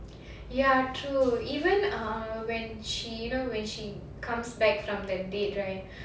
ya true even ah when she you know when she comes back from the dead right